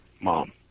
mom